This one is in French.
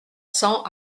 cents